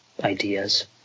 ideas